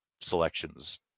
selections